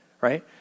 right